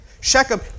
Shechem